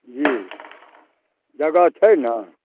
जी जगह छै ने